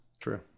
True